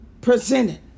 presented